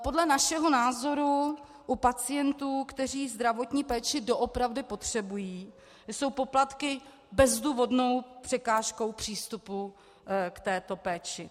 Podle našeho názoru u pacientů, kteří zdravotní péči doopravdy potřebují, jsou poplatky bezdůvodnou překážkou přístupu k této péči.